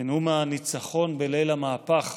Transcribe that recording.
בנאום הניצחון בליל המהפך